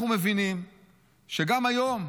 אנחנו מבינים שגם היום,